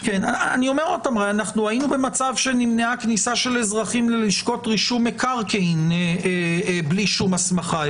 היינו במצב שנמנעה כניסת אזרחים ללשכות רישום מקרקעין בלי שום הסמכה.